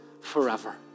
forever